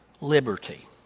liberty